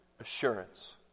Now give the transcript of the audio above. assurance